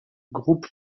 groupe